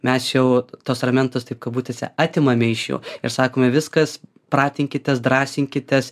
mes jau tuos ramentus taip kabutėse atimame iš jų ir sakome viskas pratinkitės drąsinkites